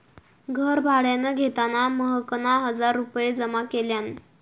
घर भाड्यान घेताना महकना हजार रुपये जमा केल्यान